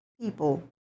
people